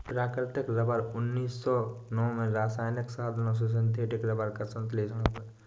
प्राकृतिक रबर उन्नीस सौ नौ में रासायनिक साधनों से सिंथेटिक रबर का संश्लेषण हुआ